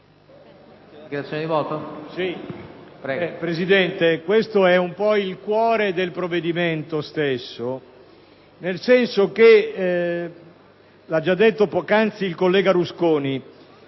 rappresenta un po' il cuore del provvedimento stesso, nel senso che - come ha già detto poc'anzi il collega Rusconi